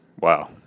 Wow